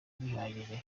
bihagije